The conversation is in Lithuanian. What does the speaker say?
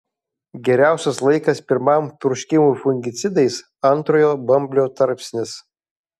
geriausias laikas pirmam purškimui fungicidais antrojo bamblio tarpsnis